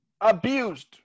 abused